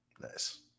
Nice